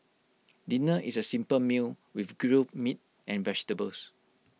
dinner is A simple meal with grilled meat and vegetables